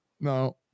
no